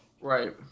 Right